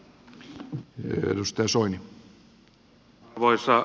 arvoisa herra puhemies